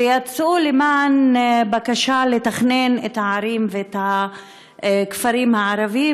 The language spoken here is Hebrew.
ויצאו למען בקשה לתכנן את הערים ואת הכפרים הערביים